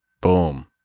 boom